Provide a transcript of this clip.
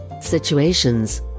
situations